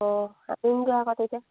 অঁ আনিমগৈ আকৌ তেতিয়া